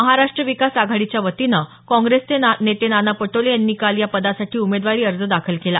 महाराष्ट्र विकास आघाडीच्यावतीनं काँग्रेसचे नेते नाना पटोले यांनी काल या पदासाठी उमेदवारी अर्ज दाखल केला